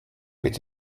mit